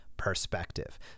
perspective